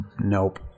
Nope